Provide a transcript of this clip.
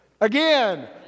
Again